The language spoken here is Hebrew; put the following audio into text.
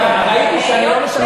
לא, ראיתי שאני לא משכנע.